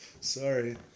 Sorry